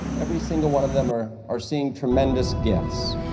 every single one of them are are seeing tremendous gifts.